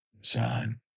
son